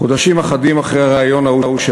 חודשים אחדים אחרי הריאיון ההוא של